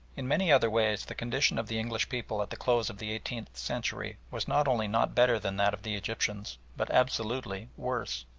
in many other ways the condition of the english people at the close of the eighteenth century was not only not better than that of the egyptians, but absolutely worse.